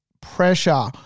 pressure